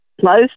Close